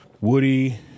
Woody